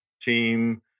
team